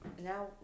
Now